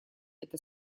это